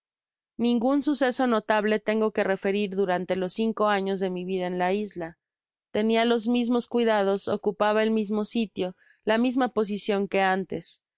ningun suceso notable tengo que referir durante los cinco años de mi vida en la isla tenia los mismos cuida dos ocupaba el mismo sitio la misma posicion que antes